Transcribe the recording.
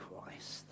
Christ